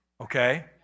Okay